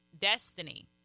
destiny